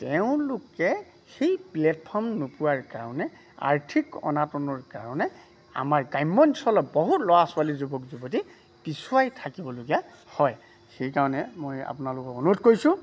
তেওঁলোকে সেই প্লেটফৰ্ম নোপোৱাৰ কাৰণে আৰ্থিক অনাটনৰ কাৰণে আমাৰ গ্ৰাম্য অঞ্চলত বহুত ল'ৰা ছোৱালী যুৱক যুৱতী পিছুৱাই থাকিবলগীয়া হয় সেইকাৰণে মই আপোনালোকক অনুৰোধ কৰিছোঁ